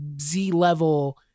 Z-level